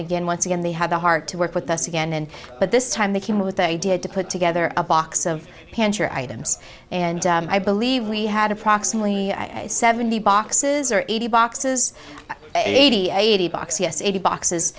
again once again they have the heart to work with us again but this time they came with the idea to put together a box of pants or items and i believe we had approximately seventy boxes or eighty boxes eighty eighty box yes eighty boxes